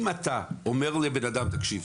אם אתה אומר לבן אדם תקשיב,